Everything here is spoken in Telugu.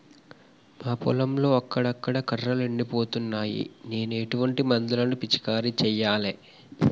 మా పొలంలో అక్కడక్కడ కర్రలు ఎండిపోతున్నాయి నేను ఎటువంటి మందులను పిచికారీ చెయ్యాలే?